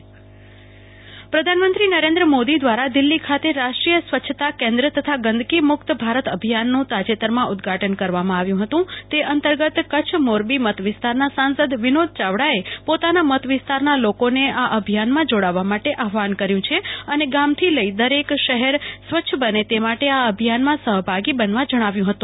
કલ્પના શાહ્ ગંદકી મુક્ત ભારત અભિયાન સાંસદબાઈટ પ્રધાનમંત્રી નરેન્દ્ર મોદી દ્વારા દિલ્હી ખાતે રાષ્ટ્રીય સ્વચ્છતા કેન્દ્ર તથા ગંદકી મુક્ત ભારત અભિયાનનું તાજતેરમાં ઉદઘાટન કરવામાં આવ્યું હતું તે અંતર્ગત કચ્છ મોરબી મત વિસ્તારના સાંસદ વિનોદ ચાવડાએ પોતાના મત વિસ્તારના લોકોને આ અભિયાનમાં જોડાવા માટે આહ્રાન કર્યું હતું અને ગામથી લઈ દરેક શહેર સ્વચ્છ બને તે માટે આ અભિયાનમાં સહભાગી બનવા જણાવ્યું હતું